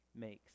makes